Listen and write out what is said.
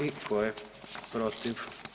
I tko je protiv?